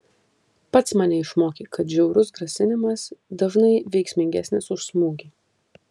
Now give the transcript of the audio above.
pats mane išmokei kad žiaurus grasinimas dažnai veiksmingesnis už smūgį